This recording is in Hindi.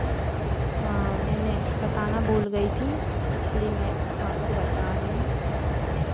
हाँ मैंने बताना भूल गई थी इस घड़ी में आपको बता रही हूँ